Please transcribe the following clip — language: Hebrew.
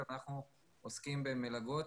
אנחנו עוסקים במלגות